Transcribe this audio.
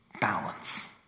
balance